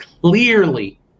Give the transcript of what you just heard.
clearly